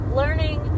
learning